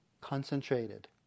concentrated